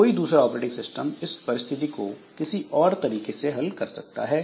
कोई दूसरा operating system इस परिस्थिति को किसी और तरीके से हल कर सकता है